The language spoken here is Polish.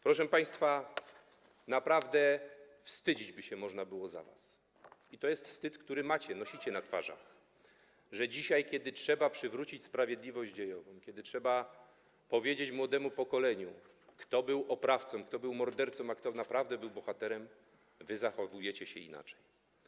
Proszę państwa, naprawdę można by się wstydzić za was - i to jest wstyd, który macie, nosicie na twarzach - że dzisiaj, kiedy trzeba przywrócić sprawiedliwość dziejową, kiedy trzeba powiedzieć młodemu pokoleniu, kto był oprawcą, kto był mordercą, a kto naprawdę był bohaterem, wy zachowujecie się inaczej.